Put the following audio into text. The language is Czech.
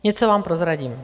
Něco vám prozradím.